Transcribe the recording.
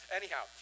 anyhow